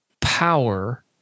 power